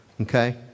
Okay